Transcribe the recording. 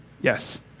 Yes